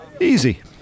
Easy